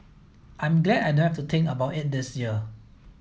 I'm glad I don't have to think about it this year